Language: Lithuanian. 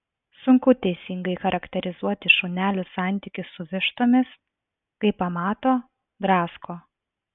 sunku teisingai charakterizuoti šunelių santykius su vištomis kai pamato drasko